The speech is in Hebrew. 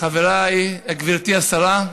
גברתי השרה,